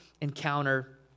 encounter